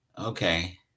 okay